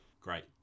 great